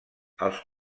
els